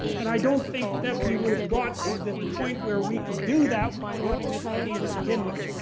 and i don't think that we would've got to the point where we could do that without having this idea to begin with.